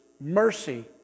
mercy